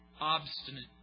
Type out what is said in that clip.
Obstinate